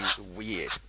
weird